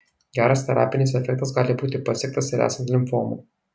geras terapinis efektas gali būti pasiektas ir esant limfomų